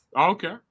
Okay